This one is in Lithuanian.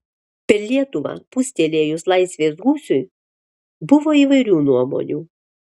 per lietuvą pūstelėjus laisvės gūsiui buvo įvairių nuomonių